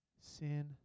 sin